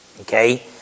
Okay